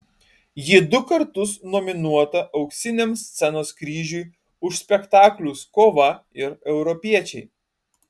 ji du kartus nominuota auksiniam scenos kryžiui už spektaklius kova ir europiečiai